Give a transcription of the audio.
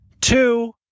two